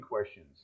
questions